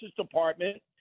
Department